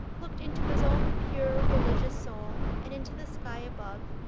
looked into his own pure, religious soul, and into the sky above,